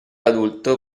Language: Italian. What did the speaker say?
adulto